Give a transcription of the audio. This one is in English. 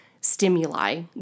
stimuli